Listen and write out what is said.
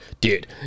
dude